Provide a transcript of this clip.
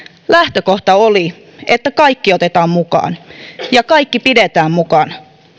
lähtökohta oli että kaikki otetaan mukaan ja kaikki pidetään mukana